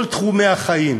כל תחומי החיים